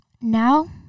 now